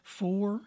four